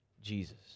Jesus